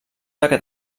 aquest